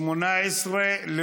התשע"ח 2018,